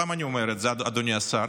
למה אני אומר את זה, אדוני השר?